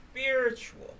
spiritual